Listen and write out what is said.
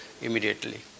immediately